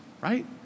right